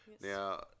Now